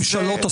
ממשלות השמאל?